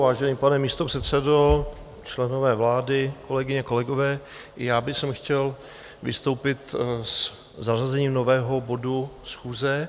Vážený pane místopředsedo, členové vlády, kolegyně, kolegové, chtěl bych vystoupit se zařazením nového bodu schůze.